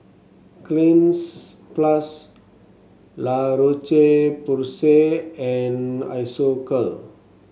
Cleanz Plus La Roche Porsay and Isocal